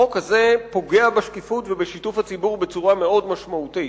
החוק הזה פוגע בשקיפות ובשיתוף הציבור בצורה מאוד משמעותית.